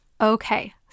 Okay